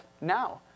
now